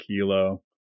kilo